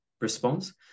response